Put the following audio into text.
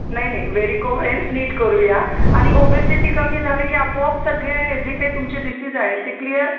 नाही नाही varicose vein नीट करूया आणि ओबेसिटी कमी झाले की आपोआप सगळे जे काही तुमचे डिसीज आहे ते क्लिअर